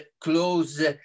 close